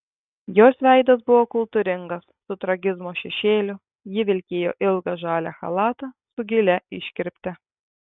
jos veidas buvo kultūringas su tragizmo šešėliu ji vilkėjo ilgą žalią chalatą su gilia iškirpte